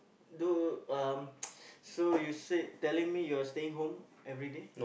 do um so you say telling me your staying home everyday